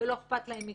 ולא אכפת להם מכלום.